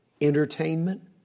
entertainment